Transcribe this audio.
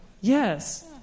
yes